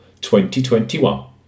2021